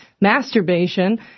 masturbation